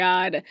God